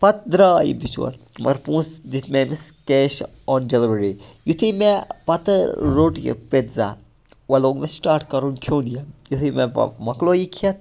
پَتہٕ درٛاو یہِ بِچور مگر پوںٛسہٕ دِتۍ مےٚ أمِس کیش اون ڈِلؤری یُتھُے مےٚ پَتہٕ روٚٹ یہِ پِتزا وۄنۍ لوگ مےٚ سٕٹاٹ کَرُن کھیوٚن یہِ یِہٕے مَکلوو یہِ کھٮ۪تھ